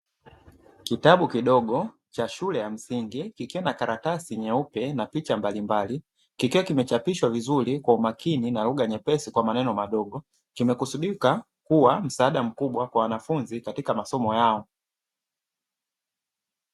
Kitabu kidogo cha shule ya msingi kikiwa na karatasi nyeupe na picha mbalimbali, kikiwa kimeshapishwa vizuri kwa umakini na lugha nyepesi kwa maneno madogo, kimekusudika kuwa msaada mkubwa kwa wanafunzi katika masomo yao.